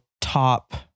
top